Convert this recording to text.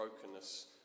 brokenness